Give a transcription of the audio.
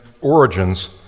origins